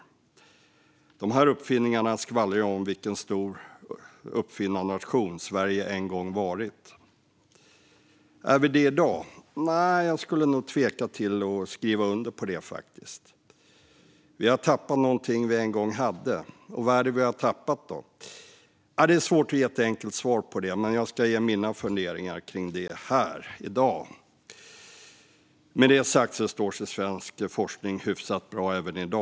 Dessa uppfinningar skvallrar om vilken stor uppfinnarnation Sverige en gång varit. Är vi det i dag? Jag skulle faktiskt tveka att skriva under på det. Vi har tappat någonting som vi en gång hade. Vad är det då vi har tappat? Det är svårt att ge ett enkelt svar på det, men jag ska ge mina funderingar om det. Med det sagt står sig svensk forskning hyfsat väl även i dag.